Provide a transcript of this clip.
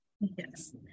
Yes